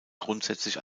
grundsätzlich